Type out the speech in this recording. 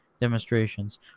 demonstrations